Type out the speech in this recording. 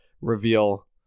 reveal